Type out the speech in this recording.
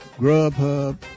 Grubhub